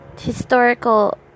historical